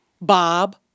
Bob